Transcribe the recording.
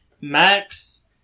Max